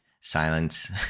silence